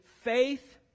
faith